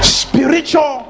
spiritual